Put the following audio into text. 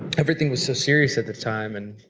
everything was so serious at the time and,